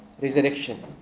resurrection